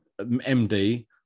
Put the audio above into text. MD